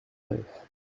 neuf